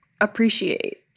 appreciate